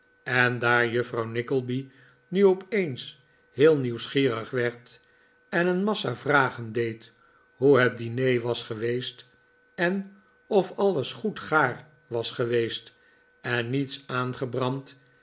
en daar juffrouw nickleby nu opeens heel nieuwsgierig werd en een massa yragen deed hoe het diner was geweest en of alles goed gaar was geweest en niets aangebrand